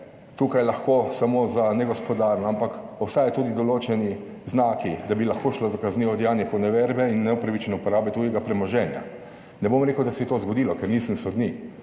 tukaj lahko samo za negospodarno, ampak obstajajo tudi določeni znaki, da bi lahko šlo za kaznivo dejanje poneverbe in neupravičene uporabe tujega premoženja. Ne bom rekel, da se je to zgodilo, ker nisem sodnik,